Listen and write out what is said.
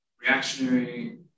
reactionary